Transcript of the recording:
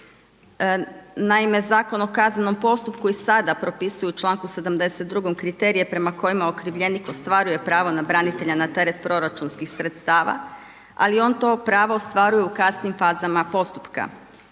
Naime, Zakon o kaznenom postupku i sada propisuje u članku 72. kriterije prema kojima okrivljenik ostvaruje pravo na branitelja na teret proračunskih sredstava ali on to pravo ostvaruje u kasnijim fazama postupka.